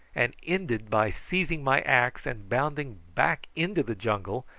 and ended by seizing my axe and bounding back into the jungle,